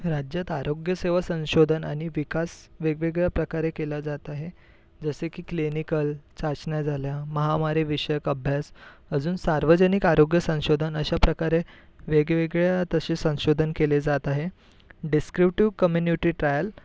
राज्यात आरोग्य सेवा संशोधन आणि विकास वेगवेगळ्या प्रकारे केला जात आहे जसे की क्लिनिकल चाचण्या झाल्या महामारीविषयक अभ्यास अजून सार्वजनिक आरोग्य संशोधन अश्याप्रकारे वेगवेगळ्या तसे संशोधन केले जात आहे डिस्क्रिवटीव कम्यूनिटी ट्रायल